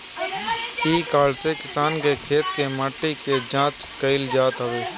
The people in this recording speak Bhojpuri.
इ कार्ड से किसान के खेत के माटी के जाँच कईल जात हवे